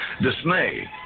Dismay